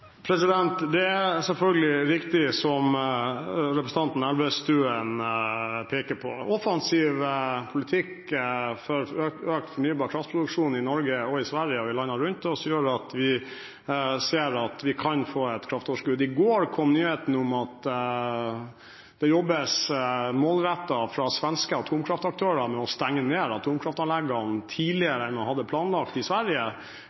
Det er selvfølgelig riktig det som representanten Elvestuen peker på: Offensiv politikk for økt fornybar kraftproduksjon i Norge, Sverige og landene rundt oss gjør at vi ser at vi kan få et kraftoverskudd. I går kom nyheten om at svenske atomkraftaktører jobber målrettet med å stenge ned atomkraftanleggene tidligere enn man hadde planlagt i Sverige.